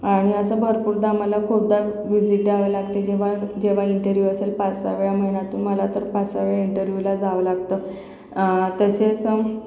आणि असं भरपूरदा मला खूपदा विजिट द्यावं लागते जेव्हा जेव्हा इंटरव्यू असेल पाच सहावेळा महिन्यातून मला तर पाच सहावेळा इंटरव्यूला जावं लागतं तसेच